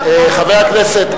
חברי הכנסת,